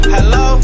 Hello